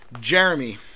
Jeremy